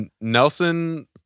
Nelson